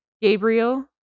Gabriel